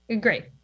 Great